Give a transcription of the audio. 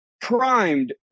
primed